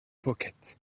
pocket